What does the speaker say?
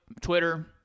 Twitter